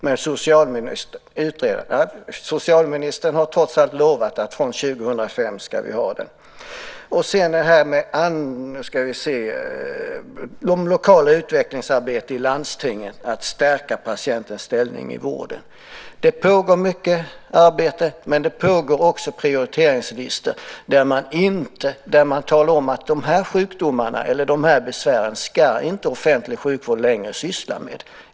Men socialministern har trots allt lovat att vi ska ha den från 2005. Beträffande lokalt utvecklingsarbete i landstingen för att stärka patientens ställning i vården pågår det mycket arbete, men det görs också prioriteringslistor där man talar om vilka sjukdomar och besvär som offentlig sjukvård inte längre ska syssla med.